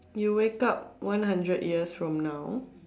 you wake up one hundred years from now